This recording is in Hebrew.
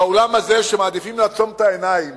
באולם הזה, שמעדיפים לעצום את העיניים